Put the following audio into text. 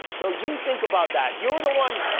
no, you think about that. you're the one